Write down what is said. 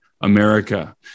America